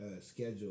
schedule